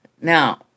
Now